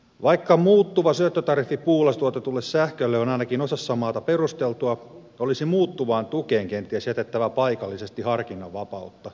vaikka muuttuva syöttötariffi puulla tuotetulle sähkölle on ainakin osassa maata perusteltua olisi muuttuvaan tukeen kenties jätettävä paikallisesti harkinnan vapautta